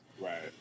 Right